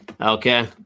Okay